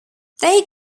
they